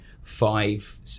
five